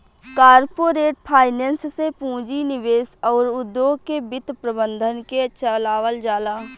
corporate finance से पूंजी निवेश अउर उद्योग के वित्त प्रबंधन के चलावल जाला